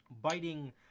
biting